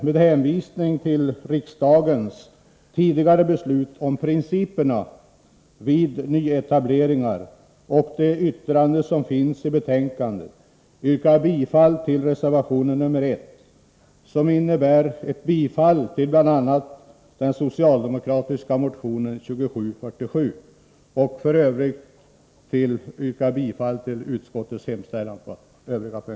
Med hänvisning till riksdagens tidigare beslut om principerna vid nyetableringar och det yttrande som finns i betänkandet yrkar jag bifall till reservation 1, vilket innebär bifall till bl.a. den socialdemokratiska motionen 2747. I övrigt yrkar jag bifall till utskottets hemställan.